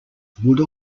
would